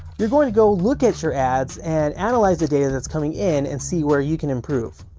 you're going to go look at your ads and analyze the data that's coming in and see where you can improve.